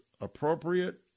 appropriate